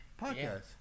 Podcast